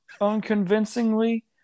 unconvincingly